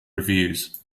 reviews